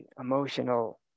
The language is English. emotional